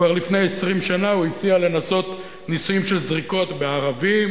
כבר לפני 20 שנה הציע לעשות ניסויים של זריקות בערבים,